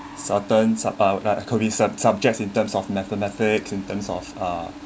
certain sub~ could be sub~ sub~ subjects in terms of mathematics in terms of uh